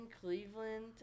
Cleveland